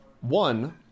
one